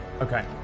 Okay